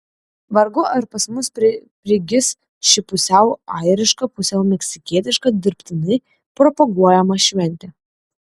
vargu ar pas mus prigis ši pusiau airiška pusiau meksikietiška dirbtinai propaguojama šventė